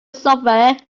software